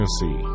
see